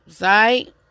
right